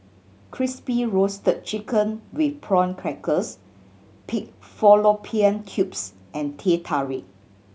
Crispy Roasted Chicken with Prawn Crackers pig fallopian tubes and Teh Tarik